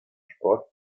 sport